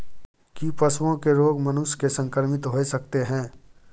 की पशुओं के रोग मनुष्य के संक्रमित होय सकते है?